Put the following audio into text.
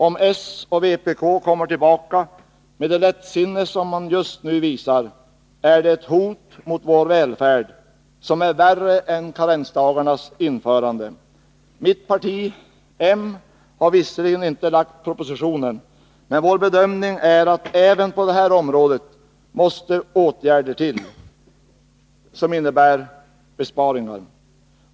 Om s och vpk kommer tillbaka, med det lättsinne som man just nu visar, är det ett hot mot vår välfärd som är värre än karensdagarnas införande. Mitt parti, m, har visserligen inte lagt fram propositionen i ärendet, men vår bedömning är att det även på det här området måste till åtgärder som innebär besparingar.